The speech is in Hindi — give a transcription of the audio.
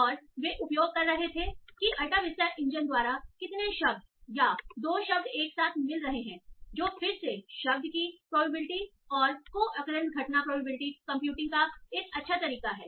और वे उपयोग कर रहे थे कि अल्ताविस्टा इंजन द्वारा कितने शब्द या दो शब्द एक साथ मिल रहे हैं जो फिर से इस शब्द की प्रोबेबिलिटी और को ऑक्युरेंस घटना प्रोबेबिलिटी कंप्यूटिंग का एक अच्छा तरीका है